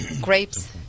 grapes